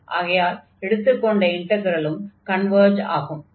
ஆகையால் எடுத்துக் கொண்ட இன்டக்ரலும் கன்வர்ஜ் ஆகும்